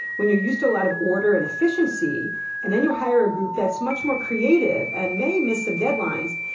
when you're used a lot of order and efficiency and then you hire a group that's much more creative and may miss some deadlines,